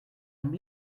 amb